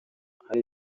hari